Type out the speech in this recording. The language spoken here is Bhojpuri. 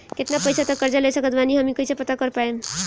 केतना पैसा तक कर्जा ले सकत बानी हम ई कइसे पता कर पाएम?